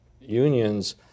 unions